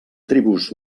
tribus